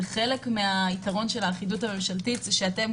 וחלק מהיתרון של האחידות הממשלתית זה שאתם